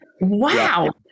Wow